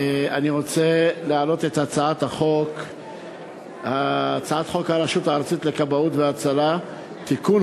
אני רוצה להעלות את הצעת חוק הרשות הארצית לכבאות והצלה (תיקון,